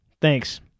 Thanks